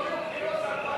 לא תהיה.